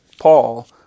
Paul